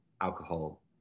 alcohol